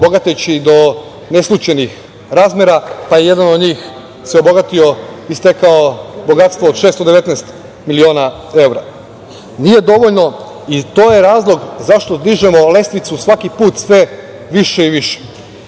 bogateći do neslućenih razmera, pa je jedan od njih se obogatio i stekao bogatstvo od 619 miliona evra. Nije dovoljno i to je razlog zašto dižemo lestvicu svaki put sve više i više,